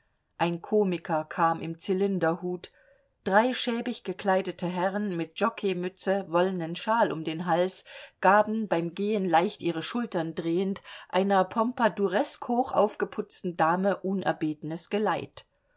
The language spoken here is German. ein komiker kam im zylinderhut drei schäbig gekleidete herren mit jockeymützen wollenen schal um den hals gaben beim gehen leicht ihre schultern drehend einer pompaduresk hoch aufgeprotzten dame unerbetenes geleit